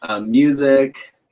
music